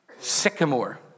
Sycamore